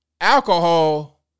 alcohol